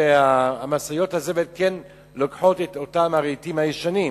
שמשאיות הזבל כן לוקחות את אותם רהיטים ישנים.